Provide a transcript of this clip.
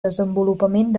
desenvolupament